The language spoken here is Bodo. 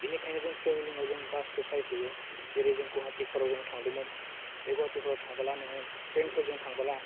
बेनिखायनो जों ट्रेभिलिङाव जों बासखौ सायख'यो जेरै जों गुहाटिफोराव जों थांदोंमोन बे गुहाटिफोराव थांबोला नोङो ट्रेनफोरजों थांबोला